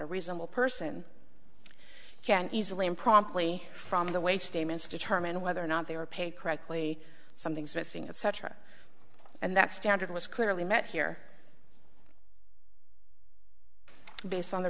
a reasonable person can easily and promptly from the way statements determine whether or not they were paid correctly something's missing etc and that standard was clearly met here based on the